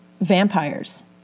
vampires